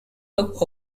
took